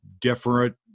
different